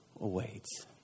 awaits